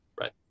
Right